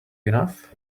enough